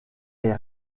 est